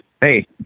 Hey